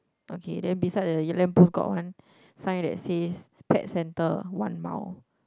okay then beside the lamp post got one sign that says pet center one mile